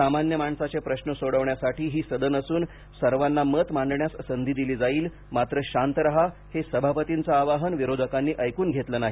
सामान्य माणसाचे प्रश्न सोडवण्यासाठी ही सदन असून सर्वांना मत मांडण्यास संधी दिली जाईल मात्र शांत रहा हे सभापतींचं आवाहन विरोधकांनी ऐकून घेतलं नाही